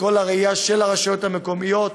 בכל הראייה של הרשויות המקומיות.